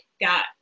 got